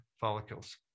follicles